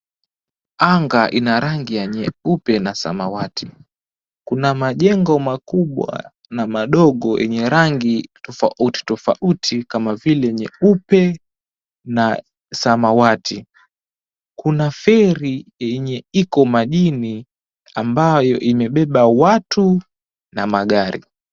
Anga ina rangi ya nyeupe na samawati. Kuna majengo makubwa na madogo yenye rangi tofauti tofauti kama vile nyeupe na samawati. Kuna feri yenye iko majini ambayo imebeba watu na magari.